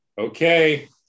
Okay